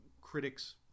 critics